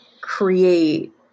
create